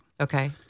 Okay